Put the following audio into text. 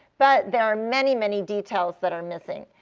but there are many, many details that are missing.